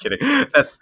kidding